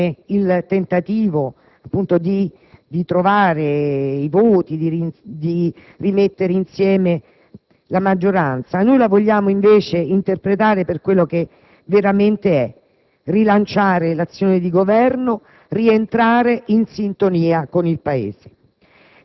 come il tentativo di trovare i voti, di rimettere insieme la maggioranza; noi la vogliamo invece interpretare per quello che veramente è: rilanciare l'azione di Governo, rientrare in sintonia con il Paese.